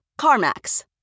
CarMax